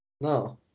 No